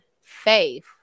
faith